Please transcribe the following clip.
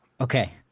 Okay